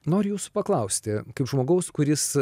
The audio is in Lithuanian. noriu jūsų paklausti kaip žmogaus kuris